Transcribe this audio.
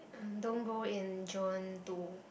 uh don't go in June to